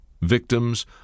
victims